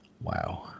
Wow